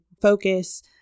focus